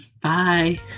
Bye